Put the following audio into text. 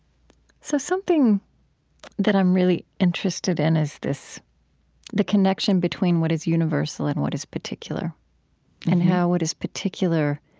so something that i'm really interested in is this the connection between what is universal and what is particular and how what is particular